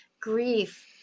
grief